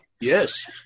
yes